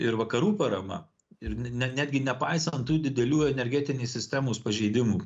ir vakarų parama ir ne netgi nepaisant didelių energetinės sistemos pažeidimų